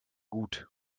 gut